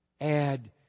add